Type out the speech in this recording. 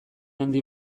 handi